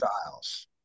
styles